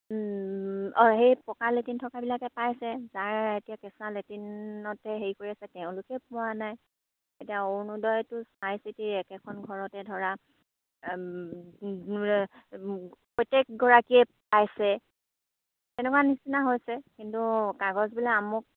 অঁ সেই পকা লেটিন থকাবিলাকে পাইছে যাৰ এতিয়া কেঁচা লেটিনতে হেৰি কৰি আছে তেওঁলোকে পোৱা নাই এতিয়া অৰুণোদয়টো চাই চিতি একেখন ঘৰতে ধৰা প্ৰত্যেকগৰাকীয়ে পাইছে তেনেকুৱা নিচিনা হৈছে কিন্তু কাগজবিলাক আমুক